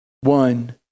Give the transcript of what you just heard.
one